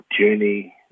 journey